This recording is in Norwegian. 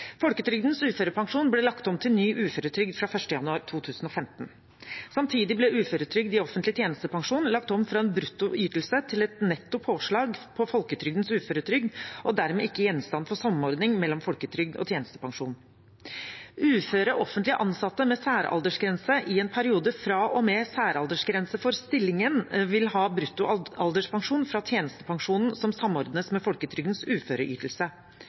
Folketrygdens uførepensjon ble lagt om til ny uføretrygd fra 1. januar 2015. Samtidig ble uføretrygd i offentlig tjenestepensjon lagt om fra en brutto ytelse til et netto påslag på folketrygdens uføretrygd og dermed ikke gjenstand for samordning mellom folketrygd og tjenestepensjon. Uføre og offentlige ansatte med særaldersgrense i en periode fra og med særaldersgrense for stillingen vil ha brutto alderspensjon fra tjenestepensjonen som samordnes med folketrygdens uføreytelse.